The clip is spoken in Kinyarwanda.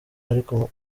ariko